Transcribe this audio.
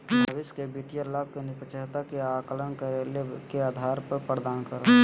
भविष्य के वित्तीय लाभ के निष्पक्षता के आकलन करे ले के आधार प्रदान करो हइ?